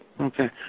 Okay